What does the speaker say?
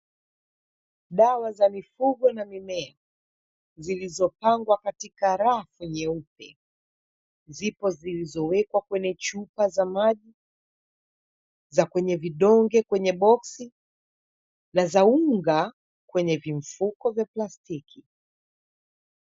Dawa za mifugo na mimea zilizopangwa katika rafu nyeupe, zipo zilizowekwa kwenye chupa za maji, za kwenye vidonge kwenye boksi, na za unga kwenye vimfuko vya plastiki.